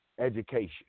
education